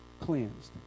cleansed